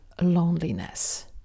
loneliness